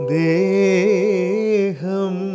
deham